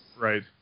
right